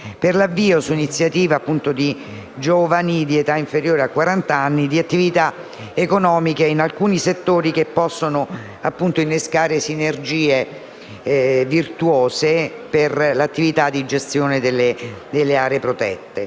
per l'avvio, su iniziativa di giovani di età inferiore a 40 anni, di attività economiche in alcuni settori che possono innescare sinergie virtuose per la gestione delle aree protette